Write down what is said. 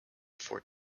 for